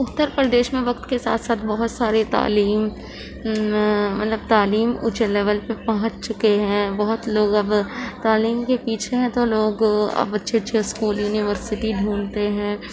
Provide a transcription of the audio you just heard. اتر پردیش میں وقت کے ساتھ ساتھ بہت سارے تعلیم مطلب تعلیم اونچے لیول پر پہنچ چکے ہیں بہت لوگ اب تعلیم کے پیچھے ہیں تو لوگ اب اچھے اچھے اسکول یونیورسٹی ڈھونڈتے ہیں